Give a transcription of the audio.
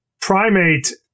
primate